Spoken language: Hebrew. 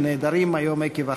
שנעדרים היום עקב החג: